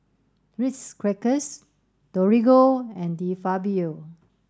Ritz Crackers Torigo and De Fabio